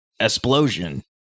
explosion